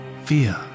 fear